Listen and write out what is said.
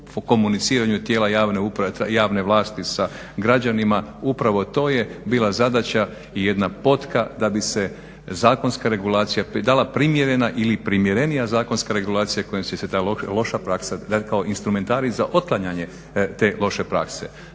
komuniciranju tijela javne vlasti sa građanima upravo to je bila zadaća i jedna potka da bi se zakonska regulacija dala primjerena ili primjerenija zakonska regulacija kojom će se ta loša praksa dati kao instrumentarij za otklanjanje te loše prakse.